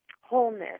wholeness